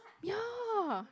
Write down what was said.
ya